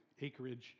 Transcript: acreage